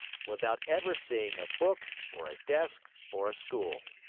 without ever seeing a book, or a desk, or a school.